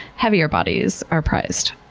heavier bodies are prized.